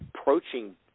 approaching